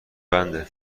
بنده